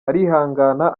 arihangana